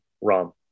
Rom